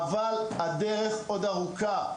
אבל הדרך עוד ארוכה.